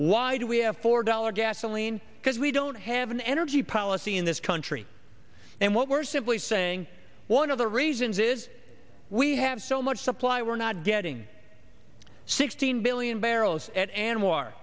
why do we have four dollars gasoline because we don't have an energy policy in this country and what we're simply saying one of the reasons is we have so much supply we're not getting sixteen billion barrels at anwar